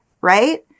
right